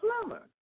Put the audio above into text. plumber